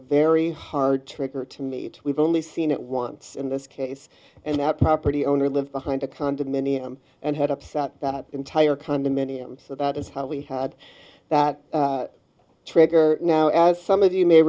very hard trigger to meet we've only seen it once in this case and that property owner lived behind a condominium and had upset that entire condominium so that is how we had that trigger now as some of you may